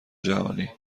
جهانی